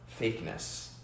fakeness